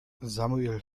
samuel